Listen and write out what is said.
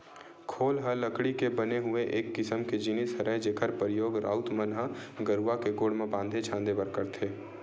खोल ह लकड़ी के बने हुए एक किसम के जिनिस हरय जेखर परियोग राउत मन ह गरूवा के गोड़ म बांधे छांदे बर करथे